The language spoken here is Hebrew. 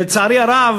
לצערי הרב,